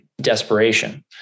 desperation